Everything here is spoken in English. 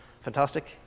fantastic